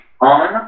on